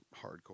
hardcore